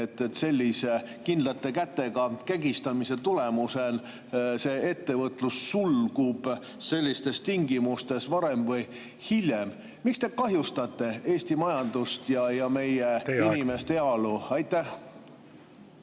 et sellise kindlate kätega kägistamise tulemusel ettevõtlus sulgub, sellistes tingimustes varem või hiljem. Miks te kahjustate Eesti majandust … Aitäh!